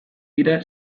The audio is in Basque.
dira